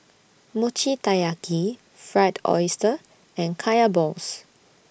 Mochi Taiyaki Fried Oyster and Kaya Balls